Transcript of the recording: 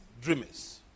dreamers